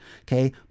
Okay